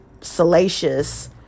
salacious